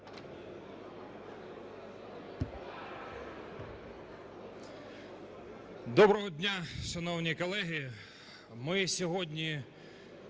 Доброго дня, шановні колеги! Ми сьогодні